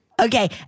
Okay